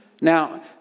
Now